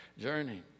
journey